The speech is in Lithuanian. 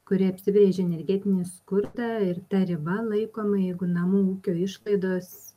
kuri apibrėžė energetinį skurdą ir ta riba laikoma jeigu namų ūkio išlaidos